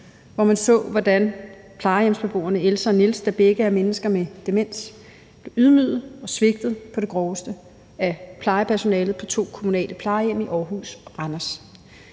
hvor man så, hvordan plejehjemsbeboerne Else og Niels, der begge er mennesker med demens, blev ydmyget og svigtet på det groveste af plejepersonalet på to kommunale plejehjem i henholdsvis Aarhus og Randers.